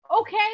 okay